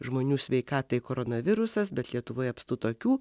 žmonių sveikatai koronavirusas bet lietuvoje apstu tokių